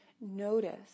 Notice